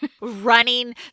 Running